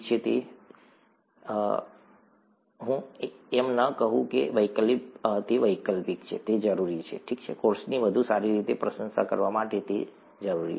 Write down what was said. જો તે છે જો હું એમ ન કહું કે તે વૈકલ્પિક છે તે જરૂરી છે ઠીક છે કોર્સની વધુ સારી રીતે પ્રશંસા કરવા માટે તે જરૂરી છે